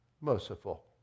merciful